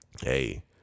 hey